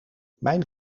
mijn